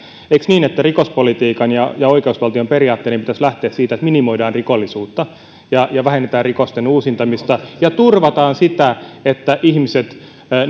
niin että rikospolitiikan ja ja oikeusvaltion periaatteiden pitäisi lähteä siitä että minimoidaan rikollisuutta ja ja vähennetään rikosten uusimista ja turvataan sitä että ihmiset